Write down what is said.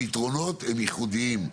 הפתרונות הם ייחודיים.